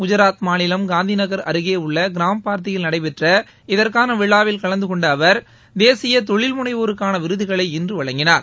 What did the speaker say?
குஜராத் மாநிலம் காந்திநகர் அருகே உள்ள கிராம்டார்த்தியில் நடைபெற்ற இதற்கான விழாவில் கலந்து கொண்ட அவர் தேசிய தொழில் முனைவோருக்கான விருதுகளை இன்று வழங்கினார்